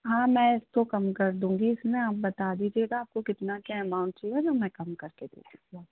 हाँ मैं तो कम कर दूँगी इसमें आप बता दीजिएगा आपको कितना क्या अमाउंट चाहिएगा मैं कम कर के दे दूँगी